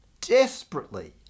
desperately